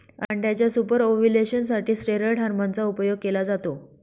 अंड्याच्या super ovulation साठी steroid hormone चा उपयोग केला जातो